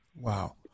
Wow